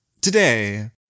Today